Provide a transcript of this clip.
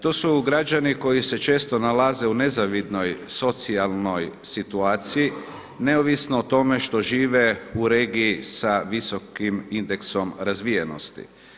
To su građani koji se često nalaze u nezavidnoj socijalnoj situaciji neovisno o tome što žive u regiji sa visokim indeksom razvijenosti.